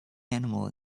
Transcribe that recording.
animal